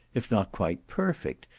if not quite perfect,